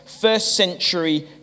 first-century